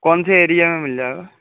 کون سے ایریے میں مل جائے گا